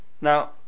Now